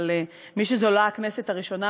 אבל מי שזו לה הכנסת הראשונה,